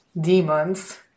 demons